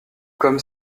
comme